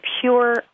pure